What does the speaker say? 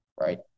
right